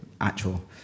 Actual